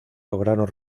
lograron